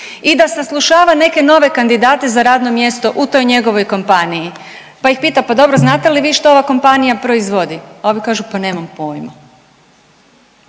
i da saslušava neke nove kandidate za radno mjesto u toj njegovoj kompaniji, pa ih pita: „Pa dobro, znate li vi što ova kompanija proizvodi?“ A ovi kažu: „Pa nemam pojma.“